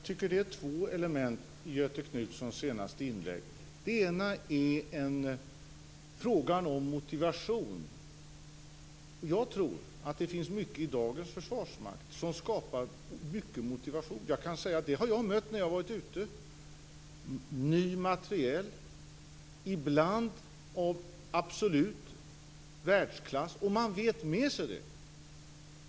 Fru talman! Det finns två element i Göthe Knutsons senaste inlägg. Det ena är frågan om motivation. Jag tror att det finns mycket i dagens försvarsmakt som skapar motivation. Det har jag mött när jag har varit ute. Man har ny materiel, ibland av absolut världsklass. Och man vet med sig det.